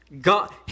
God